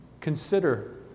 Consider